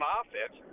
offense